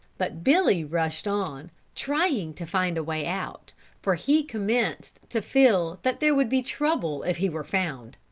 but billy rushed on trying to find a way out for he commenced to feel that there would be trouble if he were found.